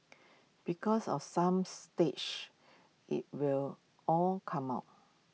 because of some stage IT will all come out